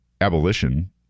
abolition